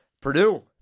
Purdue